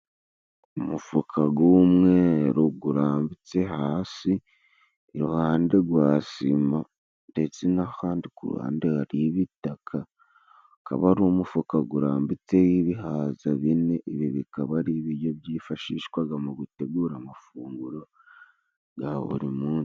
Umufuka g'umweru gurambitse hasi iruhande rwa sima. Ndetse n'ahandi ku ruhande hariho ibitaka, akaba ari umufuka gurambitseho ibihaza bine. Ibi bikaba ari ibiryo byifashishwaga mu gutegura amafunguro ga buri munsi.